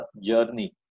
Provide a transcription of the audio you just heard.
journey